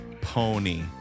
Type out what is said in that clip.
Pony